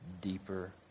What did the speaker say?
deeper